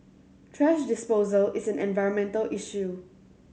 thrash disposal is an environmental issue